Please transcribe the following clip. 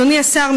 אדוני השר,